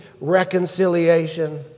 reconciliation